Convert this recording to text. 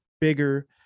bigger